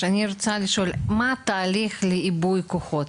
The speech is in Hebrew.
אני רוצה לשאול: מה התהליך לעיבוי כוחות?